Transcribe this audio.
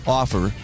offer